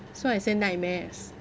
so I say nightmares